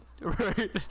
right